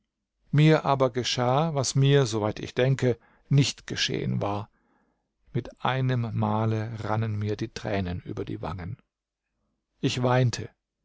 mir aber geschah was mir soweit ich denke nicht geschehen war mit einem male rannen mir tränen über die wangen ich weinte